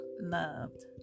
loved